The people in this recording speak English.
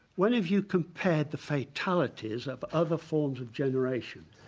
when have you compared the fatalities of other forms of generation?